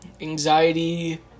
anxiety